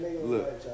Look